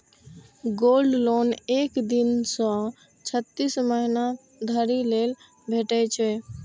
gold loan एक दिन सं छत्तीस महीना धरि लेल भेटै छै